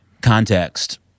context